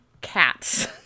cats